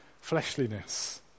fleshliness